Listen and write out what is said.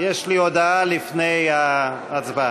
יש לי הודעה לפני ההצבעה.